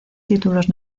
títulos